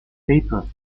paper